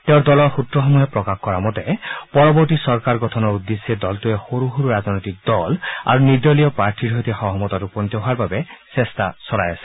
তেওঁৰ দলৰ সূত্ৰসমূহে প্ৰকাশ কৰা মতে পৰৱৰ্তী চৰকাৰ গঠনৰ উদ্দেশ্যে দলটোৱে সৰু সৰু ৰাজনৈতিক দল আৰু নিৰ্দলীয় প্ৰাৰ্থীৰ সৈতে সহমত উপনীত হোৱাৰ বাবে চেষ্টা চলাই আছে